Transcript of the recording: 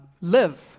live